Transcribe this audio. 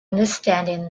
understanding